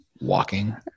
walking